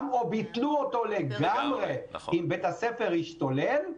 או ביטלו אותו לגמרי אם בית הספר השתולל.